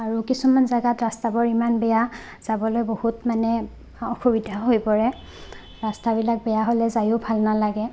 আৰু কিছুমান জেগাত ৰাস্তাবোৰ ইমান বেয়া যাবলৈ বহুত মানে অসুবিধা হৈ পৰে ৰাস্তাবিলাক বেয়া হ'লে যাইও ভাল নালাগে